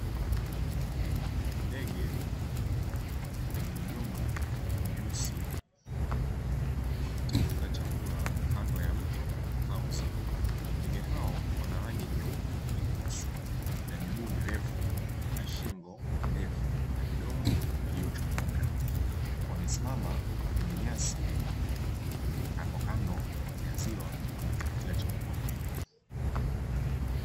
Ndege wenye midomo myeusi wakitafuta chakula kando ya mto au ziwa. Ndege hao wana rangi nyeupe na nyeusi na miguu mirefu, na shingo ndefu na midomo iliyochongoka; wamesimama kwenye nyasi kandokando ya ziwa wakijitafutia chakula.